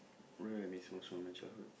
what do I miss most from my childhood